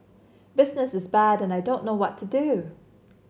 business is bad and I don't know what to do